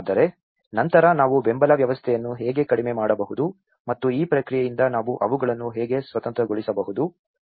ಆದರೆ ನಂತರ ನಾವು ಬೆಂಬಲ ವ್ಯವಸ್ಥೆಯನ್ನು ಹೇಗೆ ಕಡಿಮೆ ಮಾಡಬಹುದು ಮತ್ತು ಈ ಪ್ರಕ್ರಿಯೆಯಿಂದ ನಾವು ಅವುಗಳನ್ನು ಹೇಗೆ ಸ್ವತಂತ್ರಗೊಳಿಸಬಹುದು